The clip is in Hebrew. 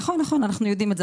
נכון, אנחנו יודעים.